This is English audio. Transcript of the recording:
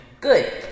Good